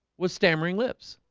was stammering lips